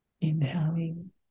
Inhaling